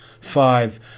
Five